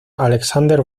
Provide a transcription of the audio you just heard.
alexander